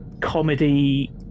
comedy